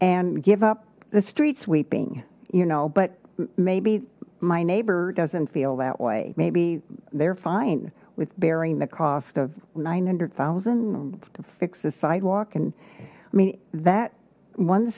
and give up the street sweeping you know but maybe my neighbor doesn't feel that way maybe they're fine with bearing the cost of nine hundred thousand to fix the sidewalk and i mean that one